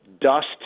dust